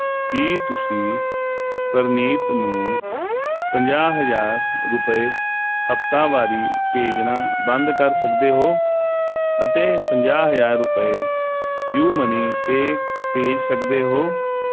ਕੀ ਤੁਸੀਂ ਪ੍ਰਨੀਤ ਨੂੰ ਪੰਜਾਹ ਹਜ਼ਾਰ ਰੁਪਏ ਹਫ਼ਤਾਵਾਰੀ ਭੇਜਣਾ ਬੰਦ ਕਰ ਸਕਦੇ ਹੋ ਅਤੇ ਪੰਜਾਹ ਹਜ਼ਾਰ ਰੁਪਏ ਯੂ ਮਨੀ 'ਤੇ ਭੇਜ ਸਕਦੇ ਹੋ